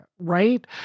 right